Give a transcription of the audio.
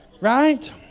Right